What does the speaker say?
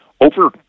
over